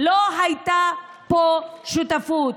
לא הייתה פה שותפות.